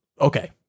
okay